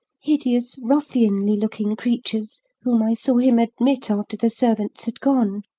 hideous, ruffianly looking creatures, whom i saw him admit after the servants had gone.